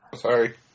sorry